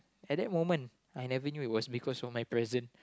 at that moment I never knew it was because of my present